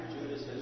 Judas